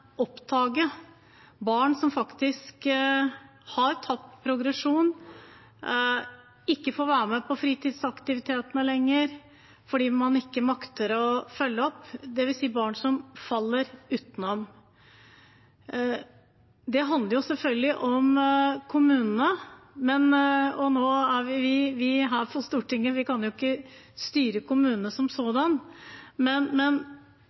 barn som faktisk har tapt progresjon, som ikke får være med på fritidsaktivitetene lenger fordi man ikke makter å følge opp, dvs. barn som faller utenfor? Det handler selvfølgelig om kommunene. Nå er vi her på Stortinget, og vi kan jo ikke styre kommunene som sådan, men